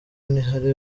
ntihari